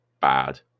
bad